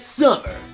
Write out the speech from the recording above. Summer